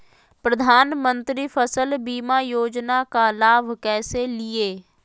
प्रधानमंत्री फसल बीमा योजना का लाभ कैसे लिये?